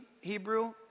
Hebrew